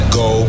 go